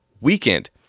weekend